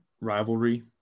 rivalry